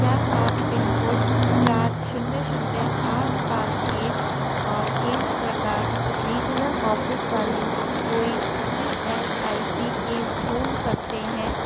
क्या आप pin code चार शून्य शून्य आठ पाँच एक और केंद्र प्रकार रीजनल ऑफ़िस वाले कोई ई एस आई सी केंद्र ढूँढ सकते हैं